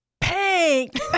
pink